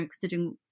considering